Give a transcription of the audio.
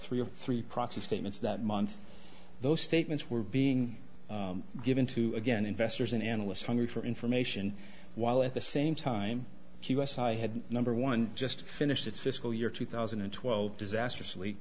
three of three proxy statements that month those statements were being given to again investors and analysts hungry for information while at the same time the us i had number one just finished its fiscal year two thousand and twelve disastrous